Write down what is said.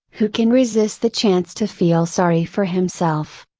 who can resist the chance to feel sorry for himself.